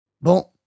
Bon